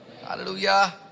Hallelujah